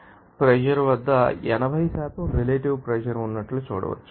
96 atmosphere pressure వద్ద 80 relative pressure ఉన్నట్లు చూడవచ్చు